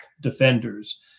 defenders